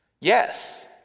Yes